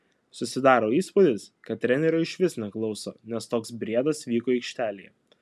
susidaro įspūdis kad trenerio išvis neklauso nes toks briedas vyko aikštelėje